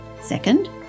Second